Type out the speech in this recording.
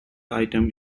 item